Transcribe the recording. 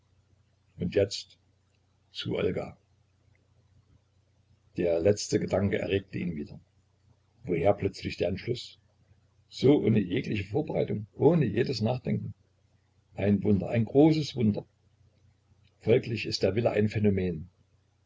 und jetzt zu olga der letzte gedanke erregte ihn wieder woher plötzlich der entschluß so ohne jegliche vorbereitung ohne jedes nachdenken ein wunder ein großes wunder folglich ist der wille ein phänomen